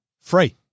Free